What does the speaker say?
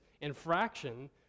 infraction